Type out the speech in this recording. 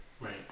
Right